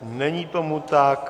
Není tomu tak.